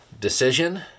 decision